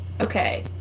okay